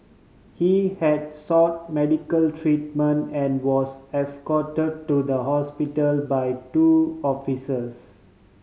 he had sought medical treatment and was escort to the hospital by two officers